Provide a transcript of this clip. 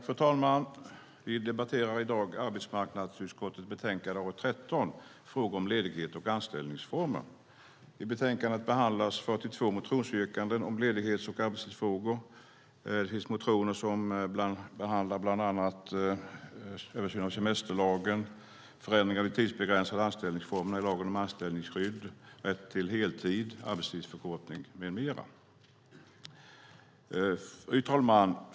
Fru talman! Vi debatterar i dag arbetsmarknadsutskottets betänkande AU13, Frågor om ledighet och anställningsformer . I betänkandet behandlas 42 motionsyrkanden om ledighets och arbetstidsfrågor. Det finns motioner som behandlar översyn av semesterlagen, förändringar av de tidsbegränsade anställningsformerna i lagen om anställningsskydd, rätt till heltid, arbetstidsförkortning med mera. Fru talman!